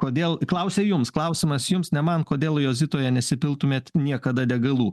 kodėl klausia jums klausimas jums ne man kodėl jozitoje nesipiltumėt niekada degalų